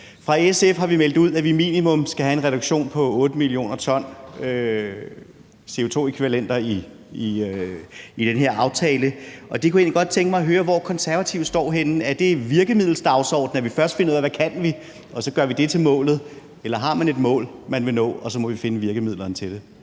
side har vi meldt ud, at vi minimum skal have en reduktion på 8 mio. t CO2-ækvivalenter i den her aftale, og der kunne jeg egentlig godt tænke mig at høre hvor Konservative står henne. Er det på virkemiddelsdagsordenen, hvor vi først finder ud af, hvad vi kan, og så gør vi det til målet, eller har man et mål, man vil nå, og så må vi finde virkemidlerne til det?